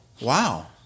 Wow